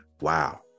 wow